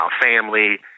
family